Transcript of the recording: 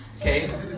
Okay